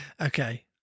Okay